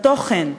בתוכן,